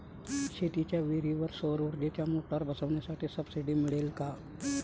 शेतीच्या विहीरीवर सौर ऊर्जेची मोटार बसवासाठी सबसीडी मिळन का?